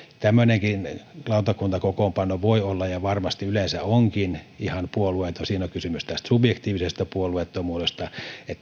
tämmöinenkin lautakuntakokoonpano voi olla ja varmasti yleensä onkin ihan puolueeton siinä on kysymys subjektiivisesta puolueettomuudesta